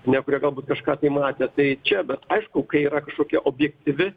ne kurie galbūt kažką tai matė tai čia bet aišku kai yra kažkokia objektyvi